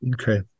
Okay